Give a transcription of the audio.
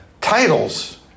titles